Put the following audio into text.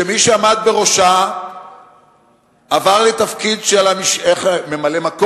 שמי שעמד בראשה עבר לתפקיד של ממלא-מקום,